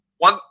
One